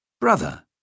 Brother